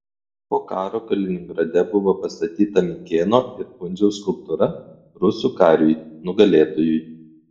po karo kaliningrade buvo pastatyta mikėno ir pundziaus skulptūra rusų kariui nugalėtojui